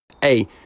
Hey